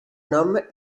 normes